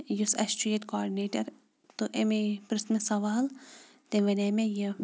یُس اَسہِ چھُ ییٚتہِ کاڈِنیٹَر تہٕ أمے پرُژھ مےٚ سوال تٔمۍ وَنے مےٚ یہِ